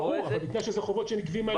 ברור, בתנאי שאלו חובות שנגבים על ידינו.